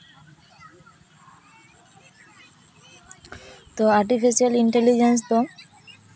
ᱛᱚ artificial intelligence ᱫᱚ